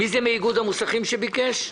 מי נמצא כאן מאיגוד המוסכים וביקש לדבר?